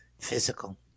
physical